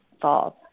false